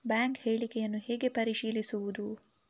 Bank ಹೇಳಿಕೆಯನ್ನು ಹೇಗೆ ಪರಿಶೀಲಿಸುವುದು?